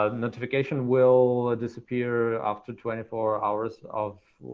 ah notification will disappear after twenty four hours of,